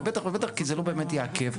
ובטח ובטח כי זה לא באמת יעכב.